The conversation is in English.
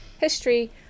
history